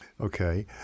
Okay